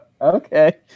okay